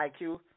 IQ